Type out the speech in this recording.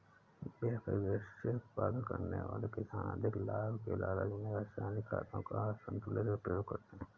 व्यापारिक दृष्टि से उत्पादन करने वाले किसान अधिक लाभ के लालच में रसायनिक खादों का असन्तुलित प्रयोग करते हैं